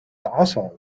also